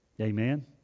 Amen